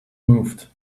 moved